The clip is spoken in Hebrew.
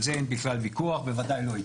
על זה אין בכלל ויכוח, בוודאי לא איתי.